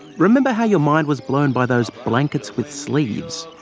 remember how your mind was blown by those blankets with sleeves?